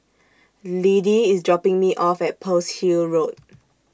Liddie IS dropping Me off At Pearl's Hill Road